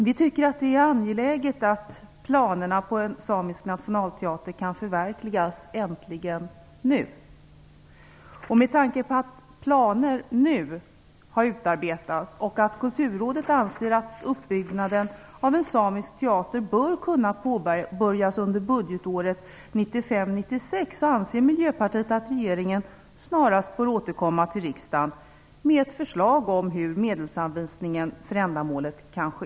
Vi tycker att det är angeläget att planerna på en samisk nationalteater nu äntligen kan förverkligas. Med tanke på att planer nu har utarbetats och att Kulturrådet anser att uppbyggnaden av en samisk teater bör kunna påbörjas under budgetåret 1995/96 anser Miljöpartiet att regeringen snarast bör återkomma till riksdagen med ett förslag om hur medelsanvisningen för ändamålet kan ske.